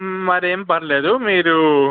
మరేం పర్లేదు మీరు